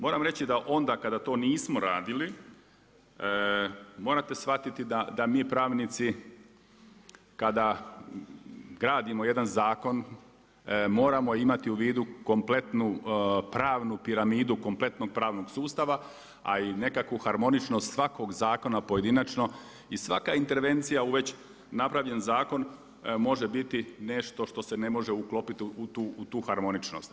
Moram reći da onda kada to nismo radili morate shvatiti da mi pravnici kada gradimo jedan zakon moramo imati u vidu kompletnu pravnu piramidu, kompletnog pravnog sustava, a i nekakvu harmoničnost svakog zakona pojedinačno i svaka intervencija u već napravljen zakon može biti nešto što se ne može uklopiti u tu harmoničnost.